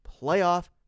playoff